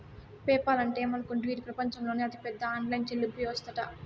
PayPal అంటే ఏమనుకుంటివి, ఇది పెపంచంలోనే అతిపెద్ద ఆన్లైన్ చెల్లింపు యవస్తట